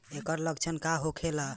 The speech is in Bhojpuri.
ऐकर लक्षण का होखेला?